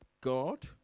God